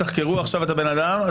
תחקרו עכשיו את הבן אדם,